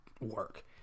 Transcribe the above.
work